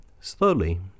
slowly